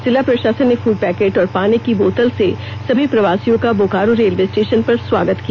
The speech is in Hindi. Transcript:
जिला प्रशासन ने फूड पैकेट और पानी की बोतल से सभी प्रवासियों का बोकारो रेलर्व स्टेशन पर स्वागत किया